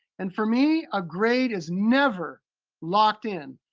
and for me, a grade is never locked in.